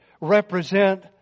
represent